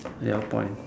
yellow point